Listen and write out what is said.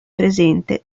presente